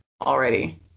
already